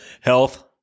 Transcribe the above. health